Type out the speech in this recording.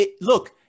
Look